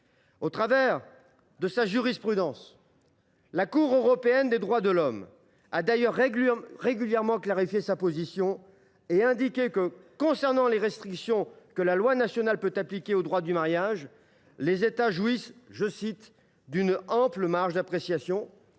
Dans sa jurisprudence, la Cour européenne des droits de l’homme a d’ailleurs régulièrement clarifié sa position, indiquant que, concernant les restrictions que la loi nationale peut appliquer au droit du mariage, les États jouissent d’une « ample marge d’appréciation »,